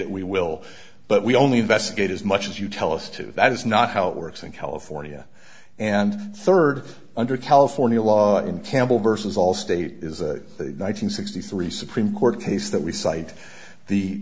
it we will but we only investigate as much as you tell us to that is not how it works in california and third under california law in campbell versus allstate is a one thousand nine hundred sixty three supreme court case that we cite the